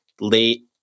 late